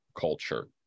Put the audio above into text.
culture